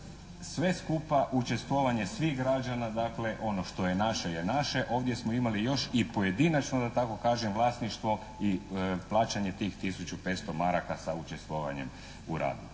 sve skupa učestvovanje svih građana dakle ono što je naše je naše, ovdje smo imali još i pojedinačno da tako kažem vlasništvo i plaćanje tih 1.500 DEM sa učestvovanjem u radu.